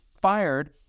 fired